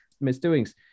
misdoings